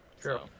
True